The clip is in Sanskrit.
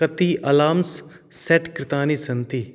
कति अलार्म्स् सेट् कृतानि सन्ति